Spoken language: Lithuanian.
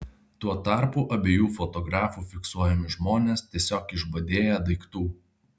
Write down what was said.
tuo tarpu abiejų fotografų fiksuojami žmonės tiesiog išbadėję daiktų